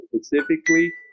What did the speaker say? specifically